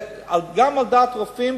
גם על דעת רופאים,